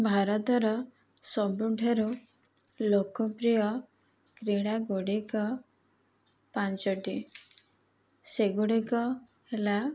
ଭାରତର ସବୁଠାରୁ ଲୋକପ୍ରିୟ କ୍ରୀଡ଼ାଗୁଡ଼ିକ ପାଞ୍ଚଟି ସେଗୁଡ଼ିକ ହେଲା